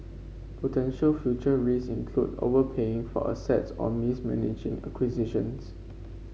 potential future risk include overpaying for assets or mismanaging acquisitions